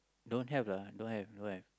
don't have lah don't have don't have